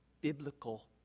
biblical